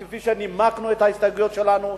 כפי שנימקנו את ההסתייגויות שלנו,